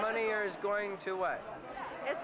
money here is going to what it's